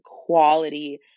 quality